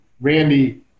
Randy